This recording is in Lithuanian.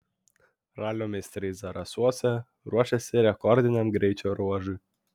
ralio meistrai zarasuose ruošiasi rekordiniam greičio ruožui